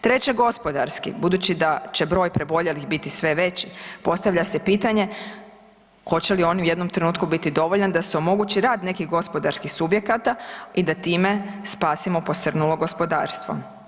Treće gospodarski budući da će broj preboljelih biti sve veći, postavlja se pitanje hoće li on u jednom trenutku biti dovoljan da se omogući rad nekih gospodarskih subjekata i da time spasimo posrnulo gospodarstvo?